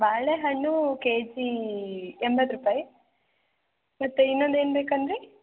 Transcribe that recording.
ಬಾಳೆಹಣ್ಣು ಕೆಜೀ ಎಂಬತ್ತು ರೂಪಾಯಿ ಮತ್ತು ಇನ್ನೊಂದು ಏನು ಬೇಕಂದಿರಿ